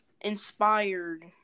inspired